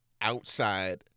outside